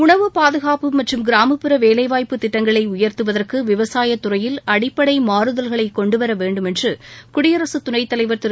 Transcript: உணவுப் பாதுகாப்பு மற்றும் கிராமப்புற வேலைவாய்ப்புத் திட்டங்களை உயர்த்துவதற்கு விவாசயத் துறையில் அடிப்படை மாறுதல்களைக் கொண்டுவர வேண்டும் என்று குடியரசுத் துணைத் தலைவர் திரு